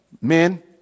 men